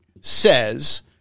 says